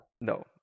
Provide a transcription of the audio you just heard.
No